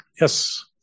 Yes